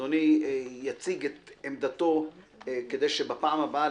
אדוני יציג את עמדתו כדי שבפעם הבאה,